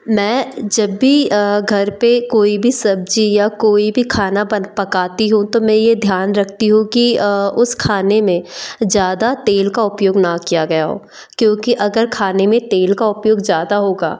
मैं जब भी घर पर कोई भी सब्ज़ी या कोई भी खाना बन पकाती हूँ तो मैं यह ध्यान रखती हूँ कि उस खाने में ज़्यादा तेल का उपयोग न किया गया हो क्योंकि अगर खाने में तेल का उपयोग ज़्यादा होगा